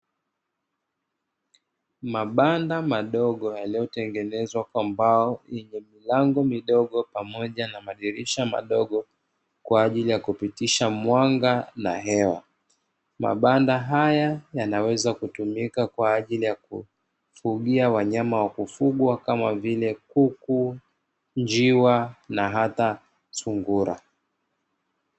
Mabanda madogo yaliyotengenezwa kwa mbao, yenye milango midogo pamoja na madirisha madogo kwa ajili ya kupitisha mwanga na hewa. Mabanda haya yanaweza kutumika kwa ajili ya kufugia wanyama wa kufugwa kama vile: kuku, njiwa na hata sungura.